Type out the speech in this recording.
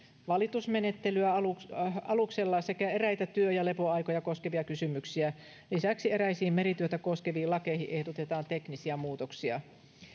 valitusmenettelyä aluksella aluksella sekä eräitä työ ja lepoaikoja koskevia kysymyksiä lisäksi eräisiin merityötä koskeviin lakeihin ehdotetaan teknisiä muutoksia